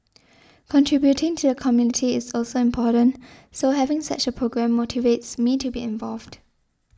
contributing to the community is also important so having such a programme motivates me to be involved